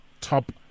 top